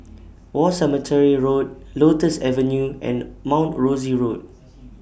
War Cemetery Road Lotus Avenue and Mount Rosie Road